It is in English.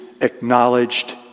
acknowledged